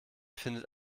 findet